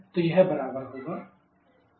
तो यह बराबर होगा hfg